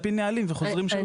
על פי נהלים וחוזרים שלו.